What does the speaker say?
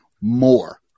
more